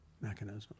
mechanism